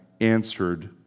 answered